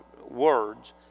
words